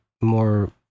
more